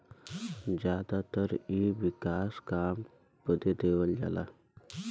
जादातर इ विकास काम बदे देवल जाला